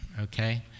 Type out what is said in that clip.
okay